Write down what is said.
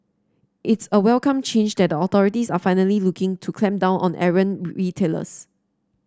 it's a welcome change that the authorities are finally looking to clamp down on errant retailers